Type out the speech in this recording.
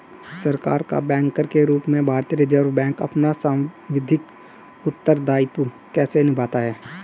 सरकार का बैंकर के रूप में भारतीय रिज़र्व बैंक अपना सांविधिक उत्तरदायित्व कैसे निभाता है?